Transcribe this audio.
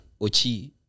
Ochi